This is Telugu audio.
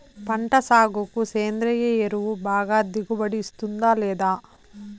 పంట సాగుకు సేంద్రియ ఎరువు బాగా దిగుబడి ఇస్తుందా లేదా